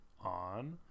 on